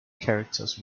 characters